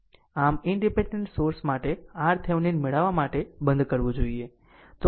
આમ independent source માટે RThevenin મેળવવા માટે બંધ કરવું જોઈએ